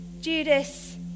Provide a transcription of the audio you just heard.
Judas